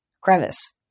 Crevice